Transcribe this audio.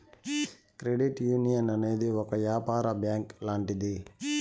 credit union అనేది ఒక యాపార బ్యాంక్ లాంటిది